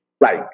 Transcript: Right